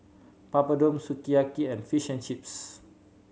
Papadum Sukiyaki and Fish and Chips